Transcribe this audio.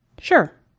Sure